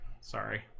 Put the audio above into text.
Sorry